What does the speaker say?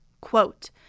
Quote